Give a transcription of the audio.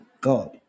God